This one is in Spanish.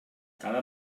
cada